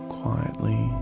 quietly